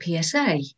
PSA